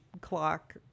clock